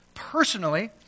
personally